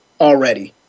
already